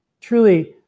truly